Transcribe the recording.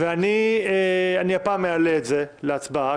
אני הפעם אעלה את זה להצבעה,